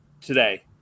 today